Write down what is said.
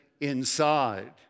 inside